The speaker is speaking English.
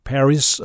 Paris